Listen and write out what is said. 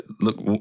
Look